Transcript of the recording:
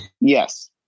Yes